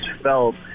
felt